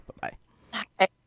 Bye-bye